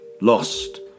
Lost